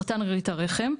סרטן רירית הרחם,